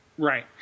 Right